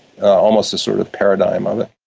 almost a sort of paradigm of it.